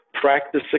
practice